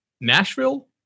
Nashville